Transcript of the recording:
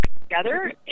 together